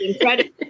incredible